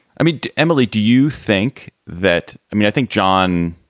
i mean. emily, do you think that. i mean, i think john